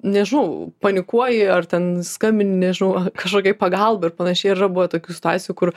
nežinau panikuoji ar ten skambini nežinau kažkokiai pagalbai ir panašiai yra buvę tokių situacijų kur